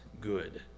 good